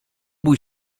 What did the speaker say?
bój